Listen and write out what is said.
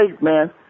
man